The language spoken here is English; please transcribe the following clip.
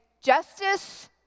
justice